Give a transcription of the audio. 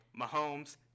Mahomes